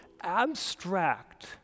abstract